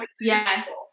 Yes